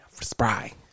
Spry